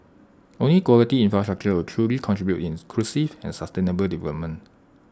only quality infrastructure will truly contribute to inclusive and sustainable development